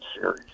series